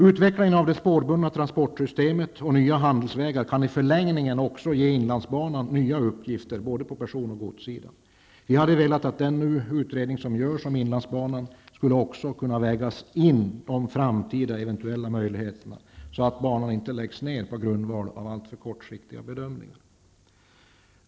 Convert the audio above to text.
Utvecklingen av det spårbundna transportsystemet och nya handelsvägar kan i förlängningen också ge inlandsbanan nya uppgifter på både person och godssidan. Vi hade velat att man i den utredning som nu görs om inlandsbanan också hade vägt in de framtida eventuella möjligheterna, så att banan inte läggs ner på grundval av alltför kortsiktiga bedömningar.